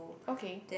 okay